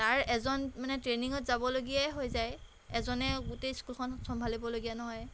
তাৰ এজন মানে ট্ৰেইনিঙত যাবলগীয়াই হৈ যায় এজনে গোটেই স্কুলখন চম্ভালিবলগীয়ানো হয়